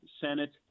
senate